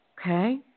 Okay